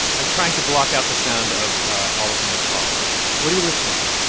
i'm trying to block out the sound of ah all of my colleagues what are you listening to?